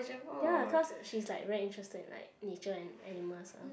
ya cause she's like very interested in like nature and animals eh